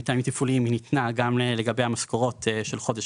מטעמים תפעוליים היא ניתנה גם לגבי המשכורות של חודש